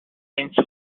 since